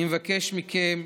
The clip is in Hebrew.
אני מבקש מכם,